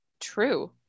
true